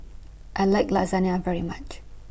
I like Lasagna very much